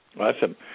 Awesome